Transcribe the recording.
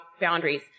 boundaries